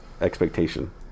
expectation